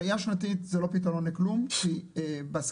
ראייה שנתית זה לא פתרון לכלום כי בסקלה